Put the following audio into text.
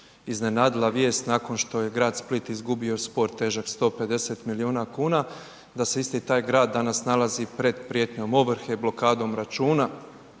iznenadila vijest, nakon što je grad Split, izgubio spor težak 150 milijuna kuna. Da se isti taj grad danas nalazi pred pratnjom ovrhe, blokadom računa